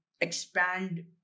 expand